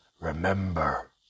Remember